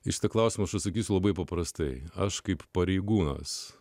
jis tik klausimus atsakysiu labai paprastai aš kaip pareigūnas